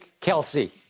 Kelsey